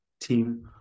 team